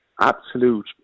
absolute